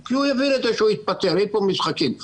אין פה משחקים.